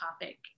topic